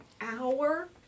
hour